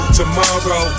tomorrow